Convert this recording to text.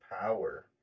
power